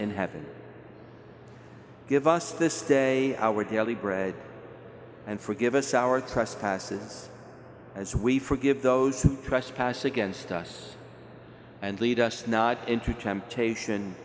in heaven give us this day our daily bread and forgive us our trespasses as we forgive those who trespass against us and lead us not into temptation